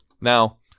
Now